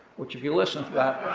which if you listen to that,